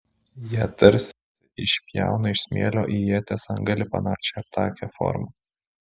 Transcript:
jie tarsi išpjauna iš smėlio į ieties antgalį panašią aptakią formą